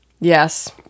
Yes